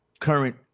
current